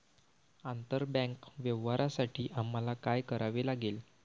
आंतरबँक व्यवहारांसाठी आम्हाला काय करावे लागेल?